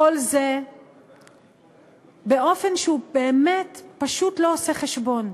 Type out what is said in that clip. כל זה באופן שהוא באמת פשוט לא עושה חשבון.